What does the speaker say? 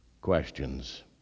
questions